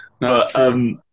No